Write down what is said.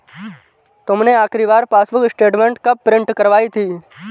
तुमने आखिरी बार पासबुक स्टेटमेंट कब प्रिन्ट करवाई थी?